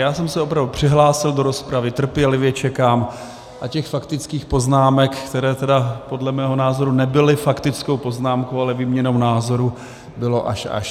Já jsem se opravdu přihlásil do rozpravy, trpělivě čekám a těch faktických poznámek, které tedy podle mého názoru nebyly faktickou poznámkou, ale výměnou názorů, bylo až až.